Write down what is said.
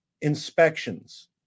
inspections